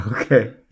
Okay